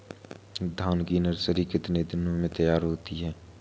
धान की नर्सरी कितने दिनों में तैयार होती है?